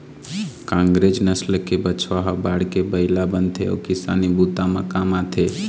कांकरेज नसल के बछवा ह बाढ़के बइला बनथे अउ किसानी बूता म काम आथे